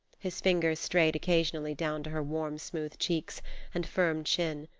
his fingers strayed occasionally down to her warm, smooth cheeks and firm chin,